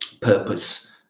purpose